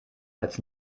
als